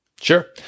Sure